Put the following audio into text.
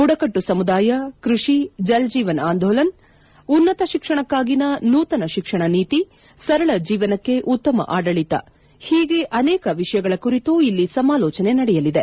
ಬುಡಕಟ್ಟು ಸಮುದಾಯ ಕೃಷಿ ಜಲ್ ಜೀವನ್ ಆಂಧೋಲನ್ ಉನ್ನತ ಶಿಕ್ಷಣಕ್ನಾಗಿನ ನೂತನ ಶಿಕ್ಷಣ ನೀತಿ ಸರಳ ಜೀವನಕ್ಕೆ ಉತ್ತಮ ಆಡಳಿತ ಹೀಗೆ ಅನೇಕ ವಿಷಯಗಳ ಕುರಿತು ಇಲ್ಲಿ ಸಮಾಲೋಚನೆ ನಡೆಯಲಿದೆ